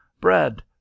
bread